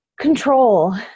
control